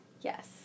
Yes